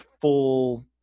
full